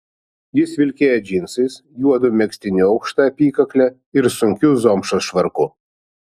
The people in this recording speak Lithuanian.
jis vilkėjo džinsais juodu megztiniu aukšta apykakle ir sunkiu zomšos švarku